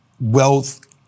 wealth